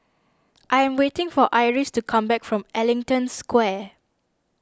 I am waiting for Iris to come back from Ellington Square